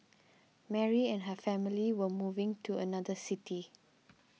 Mary and her family were moving to another city